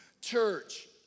Church